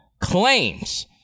claims